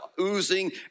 oozing